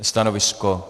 Stanovisko?